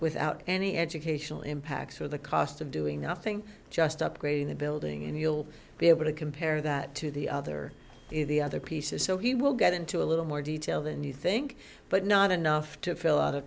without any educational impacts or the cost of doing nothing just upgrading the building and he'll be able to compare that to the other the other pieces so he will get into a little more detail than you think but not enough to fill out of